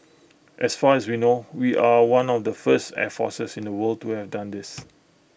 as far as we know we are one of the first air forces in the world to have done this